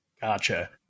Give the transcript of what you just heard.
gotcha